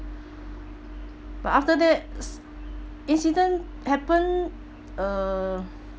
but after that incident happen uh